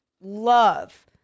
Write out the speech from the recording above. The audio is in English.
love